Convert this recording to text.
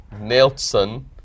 Nelson